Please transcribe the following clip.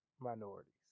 minorities